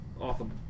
Awesome